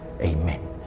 Amen